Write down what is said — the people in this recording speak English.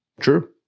True